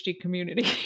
community